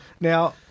Now